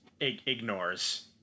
ignores